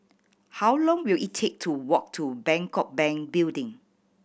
how long will it take to walk to Bangkok Bank Building